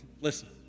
Listen